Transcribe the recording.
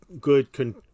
good